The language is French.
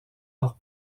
par